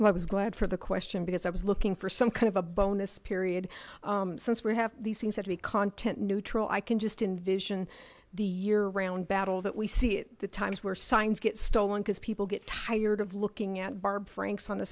well i was glad for the question because i was looking for some kind of a bonus period since we have these things that we content neutral i can just invision the year round battle that we see in the times were signs get stolen because people get tired of looking at barb franks on